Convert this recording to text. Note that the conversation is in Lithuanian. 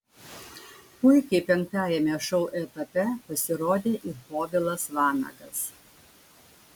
puikiai penktajame šou etape pasirodė ir povilas vanagas